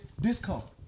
discomfort